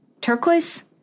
turquoise